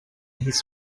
his